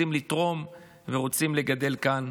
רוצים לתרום ורוצים לגדל כאן